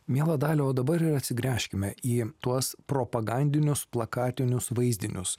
miela dalia o dabar ir atsigręžkime į tuos propagandinius plakatinius vaizdinius